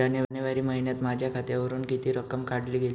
जानेवारी महिन्यात माझ्या खात्यावरुन किती रक्कम काढली गेली?